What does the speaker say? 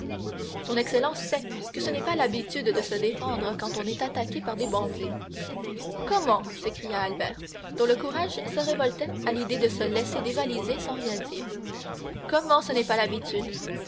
son excellence sait que ce n'est pas l'habitude de se défendre quand on est attaqué par des bandits comment s'écria albert dont le courage se révoltait à l'idée de se laisser dévaliser sans rien dire comment ce n'est pas l'habitude